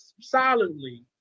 solidly